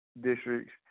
districts